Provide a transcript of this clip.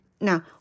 now